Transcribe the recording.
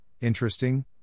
interesting